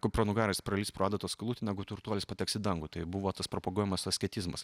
kupranugaris pralįs pro adatos skylutę negu turtuolis pateks į dangų tai buvo tas propaguojamas asketizmas